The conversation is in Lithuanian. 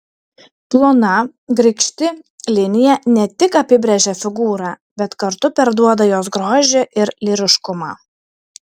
plona grakšti linija ne tik apibrėžia figūrą bet kartu perduoda jos grožį ir lyriškumą